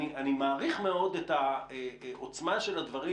אני מעריך מאוד את העוצמה של הדברים